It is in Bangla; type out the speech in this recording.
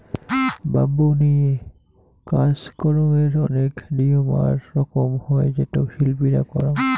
ব্যাম্বু লিয়ে কাজ করঙ্গের অনেক নিয়ম আর রকম হই যেটো শিল্পীরা করাং